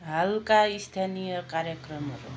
हालका स्थानीय कार्यक्रमहरू